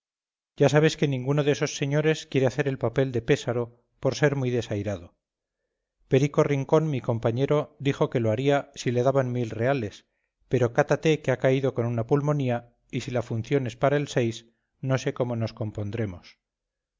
ya sabes que ninguno de esos señores quiere hacer el papel de pésaro por ser muy desairado perico rincón mi compañero dijo que lo haría si le daban mil reales pero cátate que ha caído con una pulmonía y si la función es para el no sé cómo nos